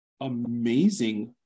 amazing